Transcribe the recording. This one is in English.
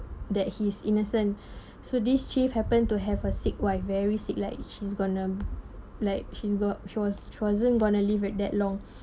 that he is innocent so this chief happen to have a sick wife very sick like she's going to like she got she was she wasn't going to live like that long